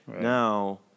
Now